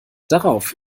darauf